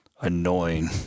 annoying